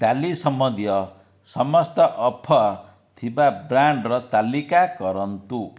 ଡାଲି ସମ୍ବନ୍ଧୀୟ ସମସ୍ତ ଅଫର୍ ଥିବା ବ୍ରାଣ୍ଡ୍ର ତାଲିକା କରନ୍ତୁ